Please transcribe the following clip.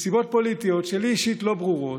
סיבות פוליטיות, שלי אישית לא ברורות,